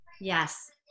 yes